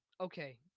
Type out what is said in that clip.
Okay